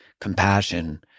compassion